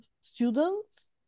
students